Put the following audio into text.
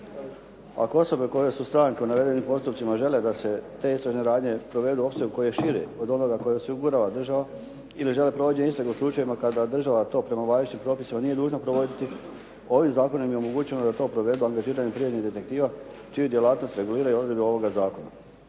Ako osobe koje su stranke u navedenim postupcima žele da se te istražne radnje provedu u opsegu koji je širi od onoga koji osigurava država ili žele provođenje istrage u slučajevima kada država to prema važećim propisima nije dužna provoditi ovim zakonom je omogućeno da to provedu angažirani privatni detektivi čiju djelatnost reguliraju odredbe ovoga zakona.